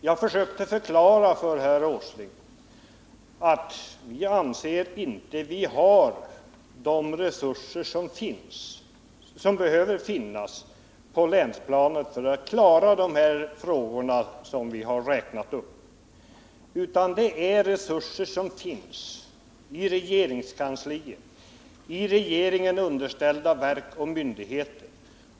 Jag försökte förklara för herr Åsling att vi på länsplanet inte anser oss ha de resurser som behövs för att klara de här projekten. Dessa resurser finns i regeringskansliet och hos regeringen underställda verk och myndigheter.